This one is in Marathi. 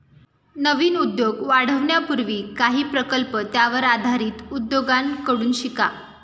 नवीन उद्योग वाढवण्यापूर्वी काही प्रकल्प त्यावर आधारित उद्योगांकडून शिका